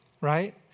Right